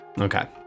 Okay